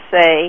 say